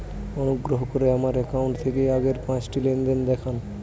অনুগ্রহ করে আমার অ্যাকাউন্ট থেকে আগের পাঁচটি লেনদেন দেখান